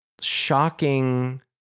shocking